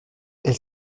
elle